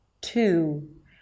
two